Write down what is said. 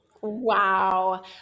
Wow